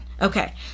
Okay